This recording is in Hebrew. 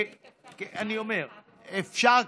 ואפשר,